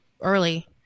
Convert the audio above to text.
early